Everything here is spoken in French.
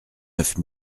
neuf